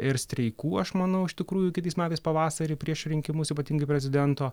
ir streikų aš manau iš tikrųjų kitais metais pavasarį prieš rinkimus ypatingai prezidento